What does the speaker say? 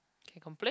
can complaint